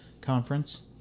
conference